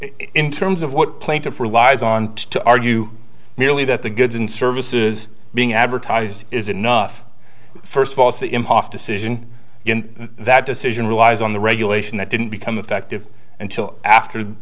in terms of what plaintiff relies on to argue merely that the goods and services being advertised is enough first of all the impost decision that decision relies on the regulation that didn't become effective until after